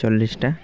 চল্লিশটা